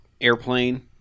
Airplane